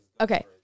Okay